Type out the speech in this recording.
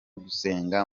gusenga